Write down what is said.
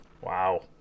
Wow